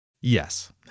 Yes